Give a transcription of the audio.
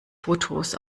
fotos